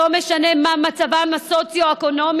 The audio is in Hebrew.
לא משנה מה מצבם הסוציו-אקונומי,